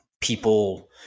People